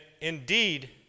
indeed